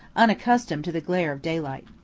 unaccustomed to the glare of daylight.